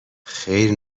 خیر